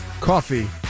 coffee